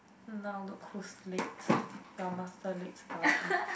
now look who's late your master lates buggy